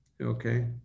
Okay